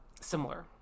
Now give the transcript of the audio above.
similar